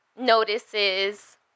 notices